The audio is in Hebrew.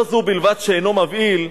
לא זו בלבד שאינו מבהיל,